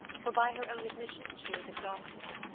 for, by her own admission, she was exhausted.